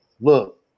Look